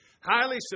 highly